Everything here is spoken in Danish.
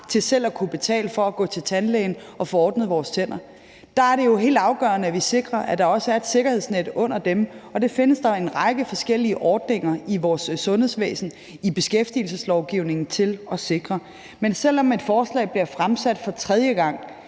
til selv at kunne betale for at gå til tandlægen og få ordnet tænder. Der er det jo helt afgørende, at vi sikrer, at der også er et sikkerhedsnet under dem, og det findes der en række forskellige ordninger i vores sundhedsvæsen, i beskæftigelseslovgivningen, til at sikre. Men selv om et forslag bliver fremsat for tredje gang,